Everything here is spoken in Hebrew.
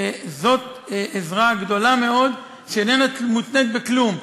זאת עזרה גדולה מאוד שאיננה מותנית בכלום,